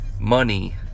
money